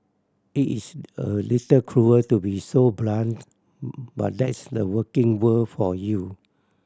it is a little cruel to be so blunt but that's the working world for you